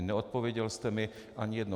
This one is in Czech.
Neodpověděl jste mi ani na jedno.